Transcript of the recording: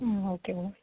ಹ್ಞೂ okay madam